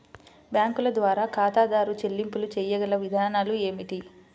బ్యాంకుల ద్వారా ఖాతాదారు చెల్లింపులు చేయగల విధానాలు ఏమిటి?